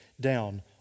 down